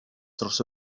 dros